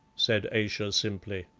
said ayesha simply.